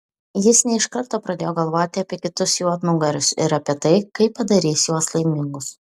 jis ne iš karto pradėjo galvoti apie kitus juodnugarius ir apie tai kaip padarys juos laimingus